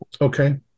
Okay